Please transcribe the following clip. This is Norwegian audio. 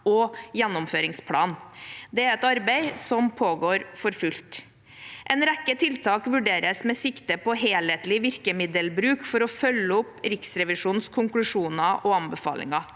og gjennomføringsplanen. Det er et arbeid som pågår for fullt. En rekke tiltak vurderes med sikte på helhetlig virkemiddelbruk for å følge opp Riksrevisjonens konklusjoner og anbefalinger.